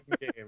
game